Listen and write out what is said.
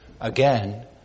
again